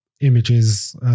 images